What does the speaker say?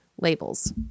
labels